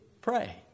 pray